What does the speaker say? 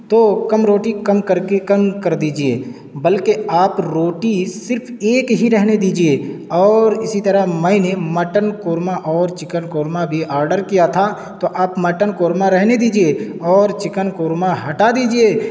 تو کم روٹی کم کر کے کم کر دیجیے بلکہ آپ روٹی صرف ایک ہی رہنے دیجیے اور اسی طرح میں نے مٹن قورمہ اور چکن قورمہ بھی آڈر کیا تھا تو آپ مٹن قورمہ رہنے دیجیے اور چکن قورمہ ہٹا دیجیے